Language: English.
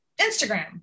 Instagram